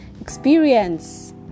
experience